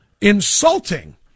insulting